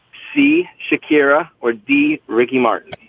c, shakira or d, ricky martin?